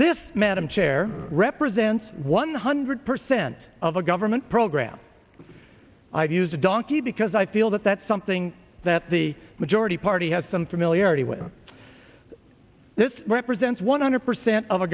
this madam chair represents one hundred percent of a government program i've used donkey because i feel that that's something that the majority party has some familiarity with this represents one hundred percent of our